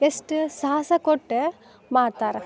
ಎಷ್ಟು ಸಾಹಸ ಕೊಟ್ಟು ಮಾಡ್ತಾರೆ